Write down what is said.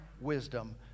wisdom